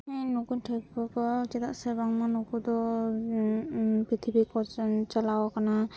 ᱤᱧ ᱱᱩᱠᱩᱧ ᱴᱷᱟᱹᱣᱠᱟᱹ ᱠᱚᱣᱟ ᱪᱮᱫᱟᱜ ᱥᱮ ᱵᱟᱝᱢᱟ ᱱᱩᱠᱩ ᱫᱚ ᱯᱩᱛᱷᱤ ᱠᱚᱠᱚ ᱥᱮᱱ ᱪᱟᱞᱟᱣ ᱠᱟᱱᱟ